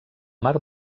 mar